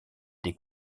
des